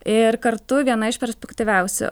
ir kartu viena iš perspektyviausių